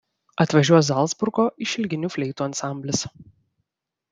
atvažiuos zalcburgo išilginių fleitų ansamblis